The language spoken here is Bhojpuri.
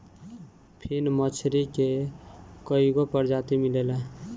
फिन मछरी के कईगो प्रजाति मिलेला